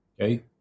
Okay